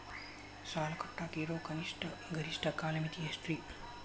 ಸಾಲ ಕಟ್ಟಾಕ ಇರೋ ಕನಿಷ್ಟ, ಗರಿಷ್ಠ ಕಾಲಮಿತಿ ಎಷ್ಟ್ರಿ?